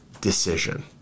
decision